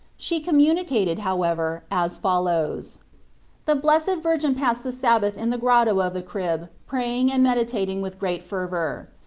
she communicated, however, as follows the blessed virgin passed the sabbath in the grotto of the crib praying and med itating with great fervour.